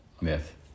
myth